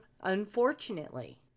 unfortunately